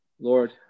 Lord